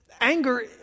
anger